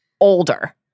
older